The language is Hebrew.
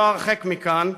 לא הרחק מכאן,